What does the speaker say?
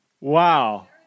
Wow